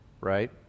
Right